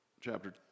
chapter